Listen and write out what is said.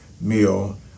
Meal